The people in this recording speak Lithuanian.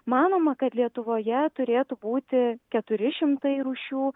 manoma kad lietuvoje turėtų būti keturi šimtai rūšių